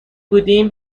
بودیم